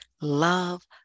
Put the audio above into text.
love